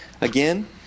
again